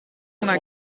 una